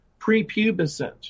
prepubescent